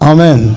Amen